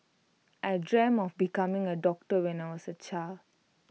I dreamt of becoming A doctor when I was A child